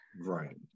Right